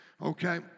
okay